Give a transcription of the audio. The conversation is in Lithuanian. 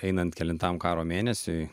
einant kelintam karo mėnesiui